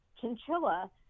chinchilla